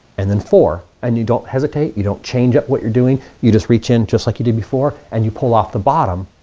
and then four and you don't hesitate you don't change up what you're doing you just reach in just like you did and and you pull off the bottom